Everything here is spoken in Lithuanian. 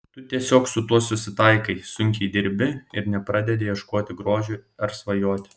tu tiesiog su tuo susitaikai sunkiai dirbi ir nepradedi ieškoti grožio ar svajoti